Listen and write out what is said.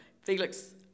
Felix